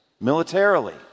militarily